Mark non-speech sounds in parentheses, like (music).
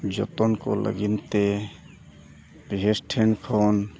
ᱡᱚᱛᱚᱱ ᱠᱚ ᱞᱟᱹᱜᱤᱫ ᱛᱮ (unintelligible) ᱴᱷᱮᱱ ᱠᱷᱚᱱ